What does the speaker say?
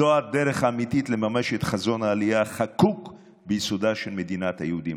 זו הדרך האמיתית לממש את חזון העלייה החקוק ביסודה של מדינת היהודים.